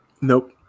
nope